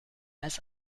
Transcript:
als